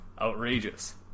outrageous